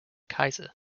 kaiser